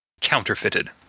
counterfeited